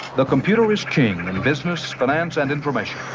the computer is king in business, finance and information.